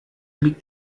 liegt